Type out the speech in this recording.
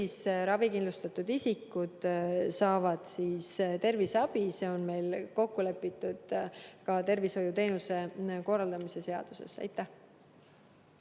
ravikindlustatud isikud saavad terviseabi. See on meil kokku lepitud ka tervishoiuteenuste korraldamise seaduses. Ja